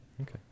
Okay